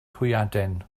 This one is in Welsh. hwyaden